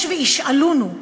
יש וישאלונו,